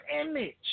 image